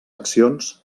accions